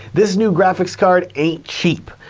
this new graphics card ain't cheap,